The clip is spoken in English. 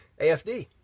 AFD